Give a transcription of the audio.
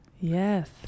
Yes